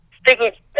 sticky